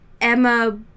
Emma